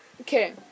Okay